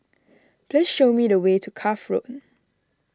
please show me the way to Cuff Road